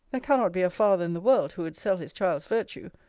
there cannot be a father in the world, who would sell his child's virtue.